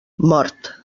mort